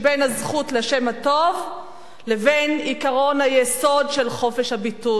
הזכות לשם הטוב לבין עקרון היסוד של חופש הביטוי.